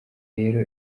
rero